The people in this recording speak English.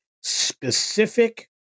specific